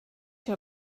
your